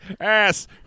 Ass